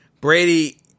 Brady